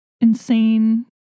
insane